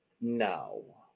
No